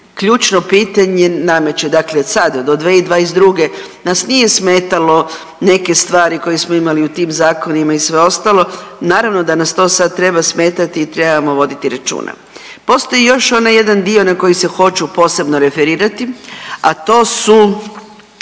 ključno pitanje nameće, dakle sada do 2022. nas nije smetalo neke stvari koje smo imali u tim zakonima i sve ostalo. Naravno da nas to sad treba smetati i trebamo voditi računa. Postoji još onaj dio na koji se hoću posebno referirati, a to su